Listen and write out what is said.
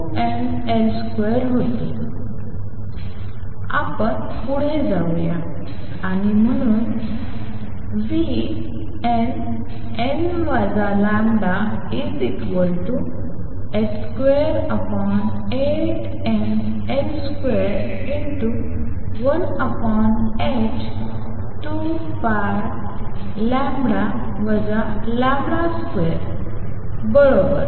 तर आपण पुढे जाऊया आणि म्हणून nn τh28mL21h2nτ 2 बरोबर